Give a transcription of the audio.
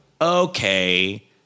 okay